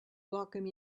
welcome